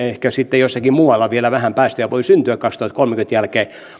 ehkä sitten jossakin muualla vielä vähän päästöjä voi syntyä kaksituhattakolmekymmentä jälkeen